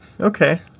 Okay